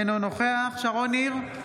אינו נוכח שרון ניר,